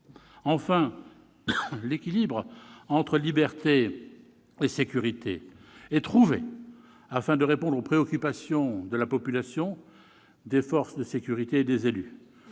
abusée. L'équilibre entre liberté et sécurité est trouvé, ce qui répond aux préoccupations de la population, des forces de sécurité et des élus.